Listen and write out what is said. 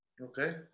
Okay